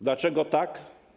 Dlaczego tak?